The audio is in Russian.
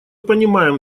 понимаем